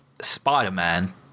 spider-man